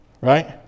right